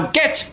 get